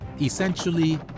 essentially